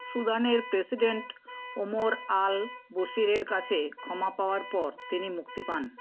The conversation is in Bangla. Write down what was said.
সুদানের প্রেসিডেন্ট ওমর আল বশিরের কাছে ক্ষমা পাওয়ার পর তিনি মুক্তি পান